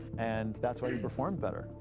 and that's why you performed better.